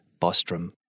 Bostrom